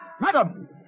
Madam